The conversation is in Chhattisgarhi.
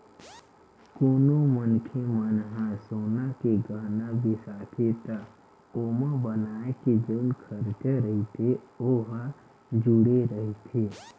कोनो मनखे मन ह सोना के गहना बिसाथे त ओमा बनाए के जउन खरचा रहिथे ओ ह जुड़े रहिथे